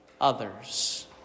others